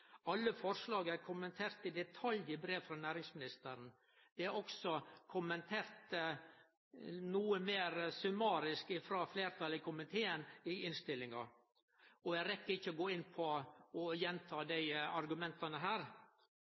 Alle forslaga er kommenterte i detalj i brev frå nærings- og handelsministeren. Det er også kommentert noko meir summarisk frå fleirtalet i komiteen i innstillinga. Eg rekk ikkje å gå inn på og gjenta argumenta her. Eg vil berre summere opp med å